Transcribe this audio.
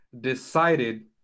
decided